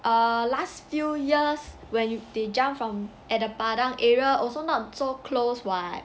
uh last few years when they jump from at the padang area also not so close [what]